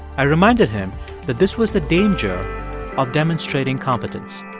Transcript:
i reminded him that this was the danger of demonstrating competence.